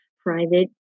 private